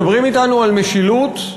מדברים אתנו על משילות,